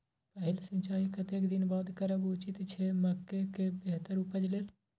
पहिल सिंचाई कतेक दिन बाद करब उचित छे मके के बेहतर उपज लेल?